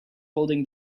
holding